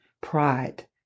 pride